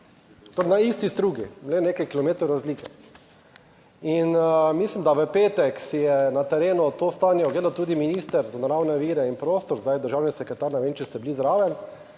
na isti strugi, le nekaj kilometrov razlike. In mislim, da v petek si je na terenu to stanje ogledal tudi minister za naravne vire in prostor, zdaj državni sekretar, ne vem, če ste bili zraven,